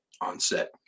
on-set